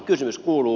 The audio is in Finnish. kysymys kuuluu